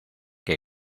que